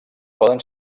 poden